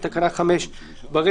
בתקנה 5 ברישא,